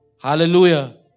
Hallelujah